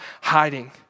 hiding